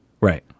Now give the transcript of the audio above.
Right